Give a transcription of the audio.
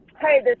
Hey